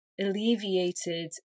alleviated